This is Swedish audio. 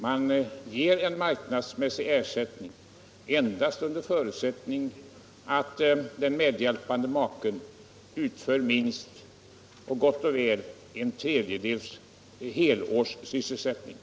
Man ger marknadsmässig ersättning endast under förutsättning att den medhjälpande maken utför gott och väl en tredjedel av helårstjänst.